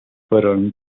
fueron